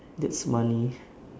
that's money